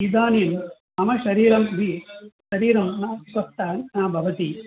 इदानीं मम शरीरं बि शरीरं न स्वस्थं न भवति